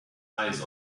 eyes